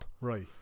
Right